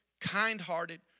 kind-hearted